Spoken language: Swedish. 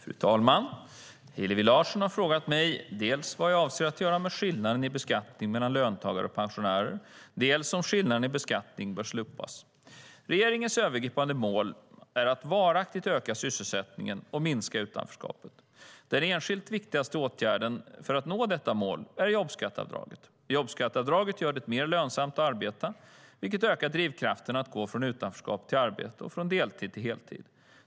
Fru talman! Hillevi Larsson har frågat mig dels vad jag avser att göra med skillnaden i beskattning mellan löntagare och pensionärer, dels om skillnaden i beskattning bör slopas. Regeringens övergripande mål är att varaktigt öka sysselsättningen och minska utanförskapet. Den enskilt viktigaste åtgärden för att nå detta mål är jobbskatteavdraget. Jobbskatteavdraget gör det mer lönsamt att arbeta, vilket ökar drivkrafterna att gå från utanförskap till arbete och från deltid till heltid.